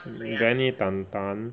Benny Tan Tan